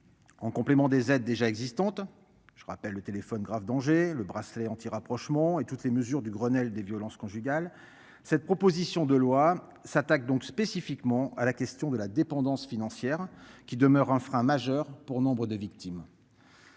En complément des aides déjà existantes. Je rappelle le téléphone grave danger le bracelet anti-rapprochement et toutes les mesures du Grenelle des violences conjugales. Cette proposition de loi s'attaque donc spécifiquement à la question de la dépendance financière qui demeure un frein majeur pour nombre de victimes.